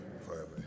forever